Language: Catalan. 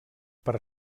per